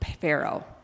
Pharaoh